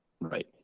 Right